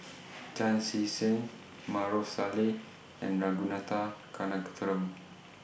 Chan Chee Seng Maarof Salleh and Ragunathar Kanagasuntheram